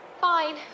Fine